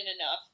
enough